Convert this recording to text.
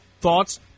thoughts